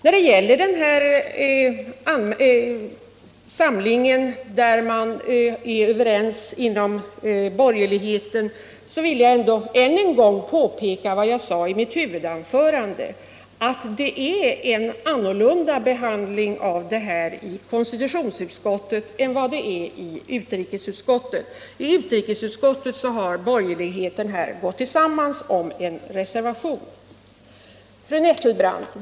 När det gäller enigheten i denna fråga inom borgerligheten vill jag än en gång påpeka vad jag sade i mitt huvudanförande: Behandlingen av frågan är en annan i konstitutionsutskottet än vad den är i utrikesutskottet. I utrikesutskottet har borgerligheten gått tillsammans om en reservation. Fru Nettelbrandt!